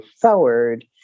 forward